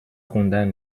خوندن